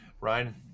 ryan